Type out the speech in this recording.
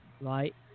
right